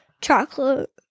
Chocolate